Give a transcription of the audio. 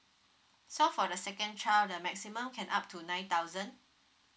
so for the second child the maximum can up to nine thousand